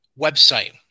website